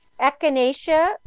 Echinacea